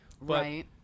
Right